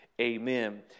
amen